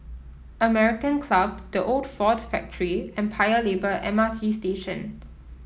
American Club The Old Ford Factory and Paya Lebar M R T Station